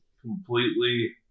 completely